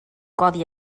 codi